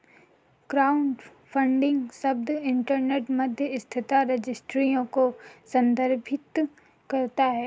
crowdfunding शब्द internet मध्यस्थता रजिस्ट्रियों को संदर्भित करता है